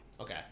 Okay